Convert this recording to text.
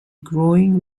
growing